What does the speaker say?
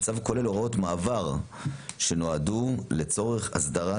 הצו כולל הוראות מעבר שנועדו לצורך הסדרת